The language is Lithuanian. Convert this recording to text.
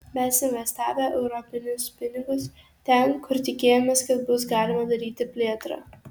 mes investavę europinius pinigus ten kur tikėjomės kad bus galima daryti plėtrą